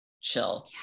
chill